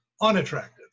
unattractive